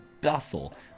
bustle